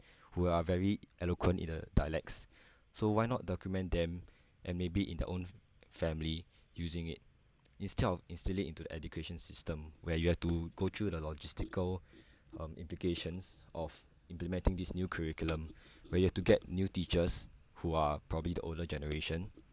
who are very eloquent in the dialects so why not document them and maybe in their own family using it instead of instill it into the education system where you have to go through the logistical um implications of implementing this new curriculum where you have to get new teachers who are probably the older generation